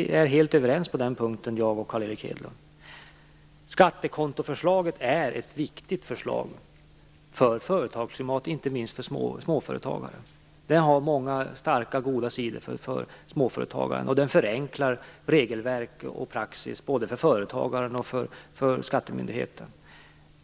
Carl Erik Hedlund och jag är helt överens på den punkten. Skattekontoförslaget är ett viktigt förslag för företagsklimatet, inte minst för småföretagare. Det har många starka och goda sidor för småföretagaren. Det förenklar regelverk och praxis både för företagaren och för skattemyndigheten.